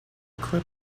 clip